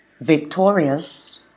victorious